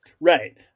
Right